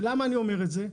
ולמה אני אומר את זה?